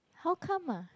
how come ah